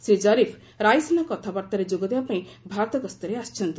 Shri Zarif Raisina କଥାବାର୍ତ୍ତାରେ ଯୋଗଦେବାପାଇଁ ଭାରତ ଗସ୍ତରେ ଆସିଛନ୍ତି